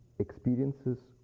experiences